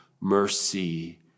mercy